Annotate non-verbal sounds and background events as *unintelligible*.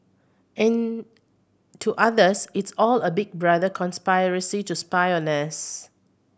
and to others it's all a Big Brother conspiracy to spy on *unintelligible*